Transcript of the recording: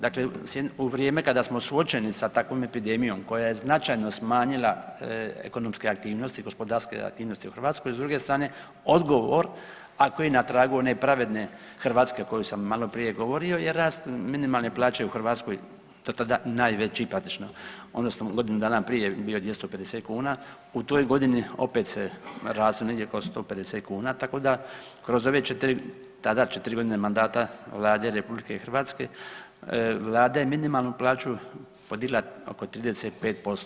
Dakle, u vrijeme kada smo suočeni sa takvom epidemijom koja je značajno smanjila ekonomske aktivnosti, gospodarske aktivnosti u Hrvatskoj, s druge strane, odgovor a koji je na tragu one pravedne Hrvatske o kojoj sam maloprije govorio je rast minimalne plaće u Hrvatskoj, do tada najveći … odnosno godinu dana prije je bio 250 kuna, u toj godini opet se raslo negdje oko 150 kuna, tako da kroz ove 4, tada 4 godine mandata Vlade RH, Vlada je minimalnu plaću podigla oko 35%